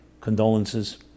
condolences